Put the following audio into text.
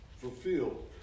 fulfilled